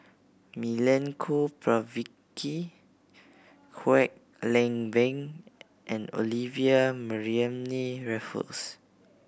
Milenko Prvacki Kwek Leng Beng and Olivia Mariamne Raffles